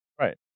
right